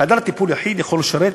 חדר טיפול יחיד יכול לשרת